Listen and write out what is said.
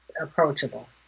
approachable